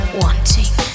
wanting